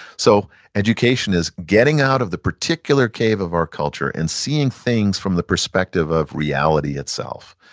so education is getting out of the particular cave of our culture and seeing things from the perspective of reality itself,